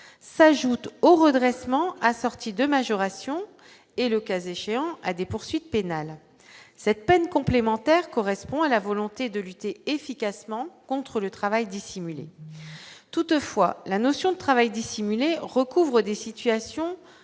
s'ajoutent au redressement assorti de majorations et, le cas échéant à des poursuites pénales cette peine complémentaire correspond à la volonté de lutter efficacement contre le travail dissimulé, toutefois, la notion de travail dissimulé, recouvre des situations